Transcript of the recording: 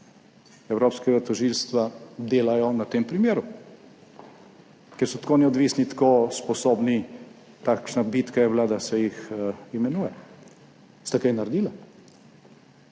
evropskega tožilstva delajo na tem primeru? Ker so tako neodvisni, tako sposobni, takšna bitka je bila, da se jih imenuje. Sta kaj naredila?